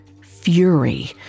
Fury